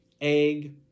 egg